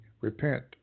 Repent